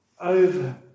over